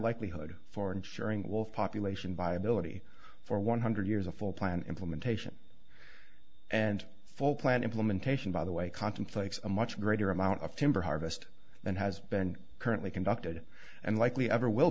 likelihood for insuring wolf population viability for one hundred years a full plan implementation and full plan implementation by the way contemplates a much greater amount of timber harvest than has been currently conducted and likely ever will